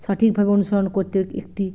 সঠিকভাবে অনুসরণ করতে একটি